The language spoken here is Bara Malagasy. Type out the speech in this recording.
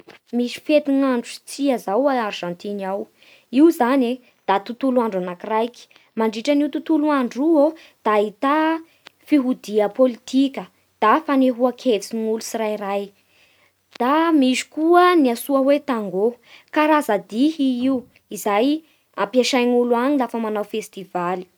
Misy fetign'andro sy tsia izao a Argentine ao. Io zany e da tontolo andro anakiraiky; mandritra io tontolo andro iô da ahità fihodiam-politika da fanehoan-kevitsy ny olo tsirairay. Da misy koa ny antsoa hoe tangô: karaza dihy i io izay ampiasaign'olo agny lafa manao festivaly.